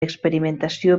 experimentació